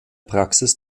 praxis